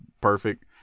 perfect